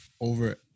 Over